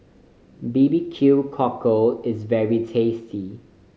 B B Q Cockle is very tasty